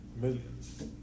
millions